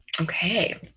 okay